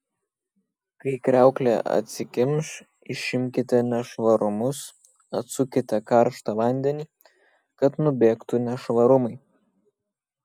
kai kriauklė atsikimš išimkite nešvarumus atsukite karštą vandenį kad nubėgtų nešvarumai